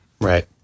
Right